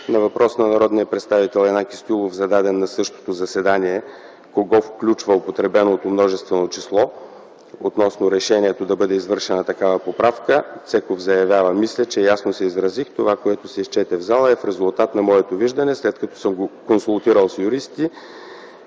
На въпрос на народния представител Янаки Стоилов, зададен на същото заседание, кого включва употребеното множествено число относно решението да бъде извършена такава поправка Пламен Цеков заявява: „Мисля, че ясно се изразих – това, което се изчете в зала, е резултат на моето виждане, след като съм го консултирал с юристи